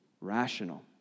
rational